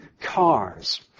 cars